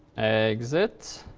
exit.